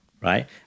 right